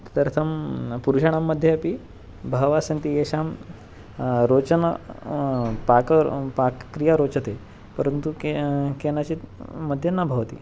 तदर्थं पुरुषणां मध्ये अपि बहवः सन्ति येषां रोचनं पाकं पाकक्रिया रोचते परन्तु के केनचित् मध्ये न भवति